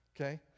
Okay